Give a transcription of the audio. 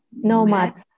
Nomad